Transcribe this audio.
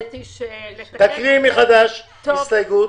תקריאי מחדש את ההסתייגות.